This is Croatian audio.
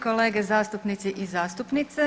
Kolege zastupnici i zastupnice.